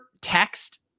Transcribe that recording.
text